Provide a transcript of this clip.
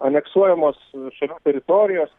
aneksuojamos šalių teritorijos